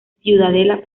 ciudadela